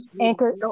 anchor